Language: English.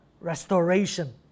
restoration